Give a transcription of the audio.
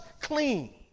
clean